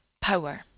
power